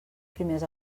primers